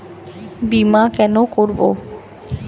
বিমা কেন করব?